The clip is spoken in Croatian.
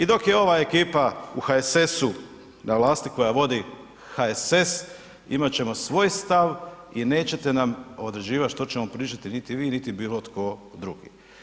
I dok je ova ekipa u HSS-u na vlasti koja vodi HSS imat ćemo svoj stav i nećete nam određivati što ćemo pričati niti vi, niti bilo tko drugi.